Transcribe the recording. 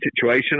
situation